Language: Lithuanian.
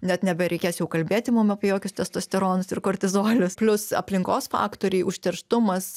net nebereikės jau kalbėti mum apie jokius testosteronas ir kortizolis plius aplinkos faktoriai užterštumas